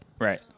right